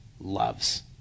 loves